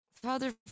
Father